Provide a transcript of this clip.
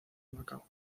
macao